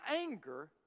anger